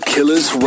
Killers